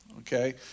Okay